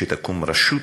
שתקום רשות,